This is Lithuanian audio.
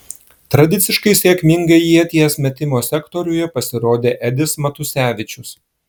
tradiciškai sėkmingai ieties metimo sektoriuje pasirodė edis matusevičius